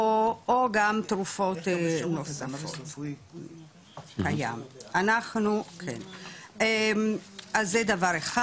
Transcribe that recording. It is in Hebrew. או גם תרופות נוספות, אז זה דבר אחד.